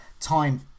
time